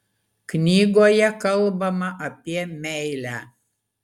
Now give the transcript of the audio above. knygoje kalbama apie meilę